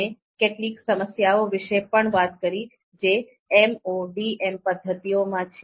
અમે કેટલીક સમસ્યાઓ વિશે પણ વાત કરી જે MODM પદ્ધતિઓમાં છે